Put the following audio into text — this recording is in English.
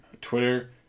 Twitter